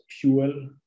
fuel